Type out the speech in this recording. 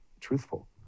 truthful